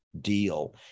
deal